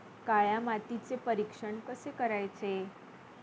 काळ्या मातीचे परीक्षण कसे करायचे?